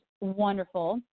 wonderful